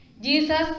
jesus